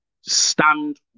stand